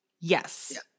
Yes